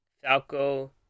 Falco